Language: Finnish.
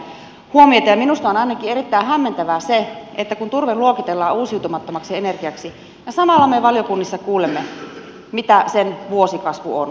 ainakin minusta on erittäin hämmentävää se että turve luokitellaan uusiutumattomaksi energiaksi ja samalla me valiokunnissa kuulemme mitä sen vuosikasvu on